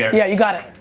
yeah, you got it.